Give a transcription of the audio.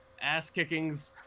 ass-kicking's